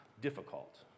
difficult